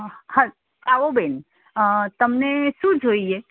હાલ આવો બેન તમને શું જોઈએ